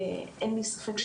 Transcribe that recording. אין לי ספק,